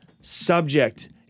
subject